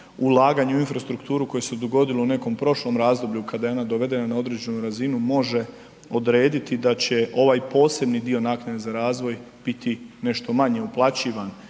ulaganja u infrastrukturu koja se dogodila u nekom prošlom razdoblju kada je ona dovedena na određenu razinu, može odrediti da će ovaj posebni dio naknade za razvoj biti nešto manji uplaćivan